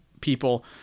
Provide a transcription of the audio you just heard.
people